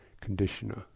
conditioner